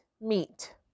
meat